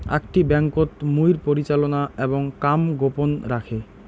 আকটি ব্যাংকোত মুইর পরিচালনা এবং কাম গোপন রাখে